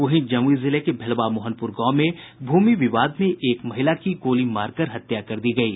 वहीं जमुई जिले के भेलवा मोहनपुर गांव में भूमि विवाद में एक महिला की गोली मारकर हत्या कर दी गयी